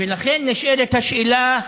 ולכן נשאלת השאלה: